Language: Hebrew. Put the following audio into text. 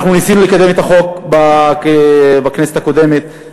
אנחנו ניסינו לקדם את החוק בכנסת הקודמת,